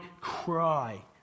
cry